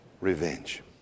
Revenge